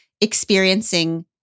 experiencing